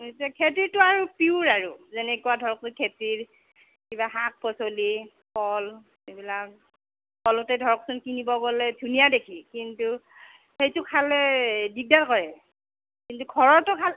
এতিয়া খেতিটো আৰু পিউৰ আৰু যেনেকুৱা ধৰক খেতিৰ কিবা শাক পাচলি ফল এইবিলাক ফলতে ধৰকচোন কিনিব গ'লে ধুনীয়া দেখি কিন্তু সেইটো খালে দিগদাৰ কৰে কিন্তু ঘৰৰটো খালে